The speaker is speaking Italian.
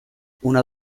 una